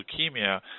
leukemia